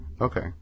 Okay